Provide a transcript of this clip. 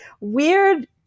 weird